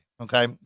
Okay